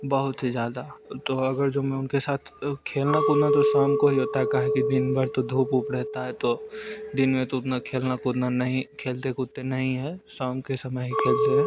बहुत ही ज़्यादा तो अगर जो मैं उनके साथ खेलना कूदना तो शाम को ही होता है क्या कि दिन भर तो धूप उप रहता है तो दिन में तो दिन में तो उतना खेलना कूदना नहीं खेलते कूदते नहीं है शाम के समय ही खेलते हैं